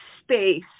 space